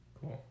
Cool